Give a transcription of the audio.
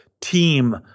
team